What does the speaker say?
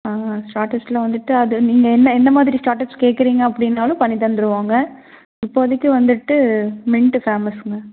ஆஹ ஸ்டார்ட்டர்ஸ்சில் வந்துட்டு அது நீங்கள் என்ன என்ன மாதிரி ஸ்டார்ட்டர்ஸ் கேட்குறீங்க அப்படின்னாலும் பண்ணித் தந்துடுவாங்க இப்போதைக்கு வந்துட்டு மிண்ட்டு ஃபேமஸுங்க